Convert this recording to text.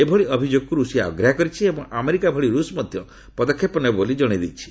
ଏଭଳି ଅଭିଯୋଗକୁ ରୁଷିଆ ଅଗ୍ରାହ୍ୟ କରିଛି ଏବଂ ଆମେରିକା ଭଳି ରୁଷ୍ ମଧ୍ୟ ପଦକ୍ଷେପ ନେବ ବୋଲି ଜଣାଇଦେଇଛି